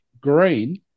Green